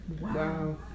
Wow